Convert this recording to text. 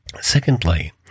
Secondly